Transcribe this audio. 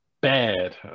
Bad